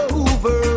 over